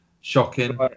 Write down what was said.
Shocking